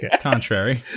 contrary